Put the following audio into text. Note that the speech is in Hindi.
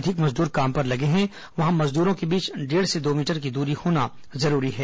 अधिक मजदूर काम पर लगे हैं वहां मजदूरों के बीच डेढ़ से दो मीटर की दूरी होना जरूरी है